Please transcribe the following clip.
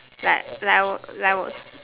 like like I would like I was